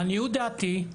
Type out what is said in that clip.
לעניות דעתי,